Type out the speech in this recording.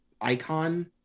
icon